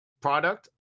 product